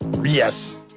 Yes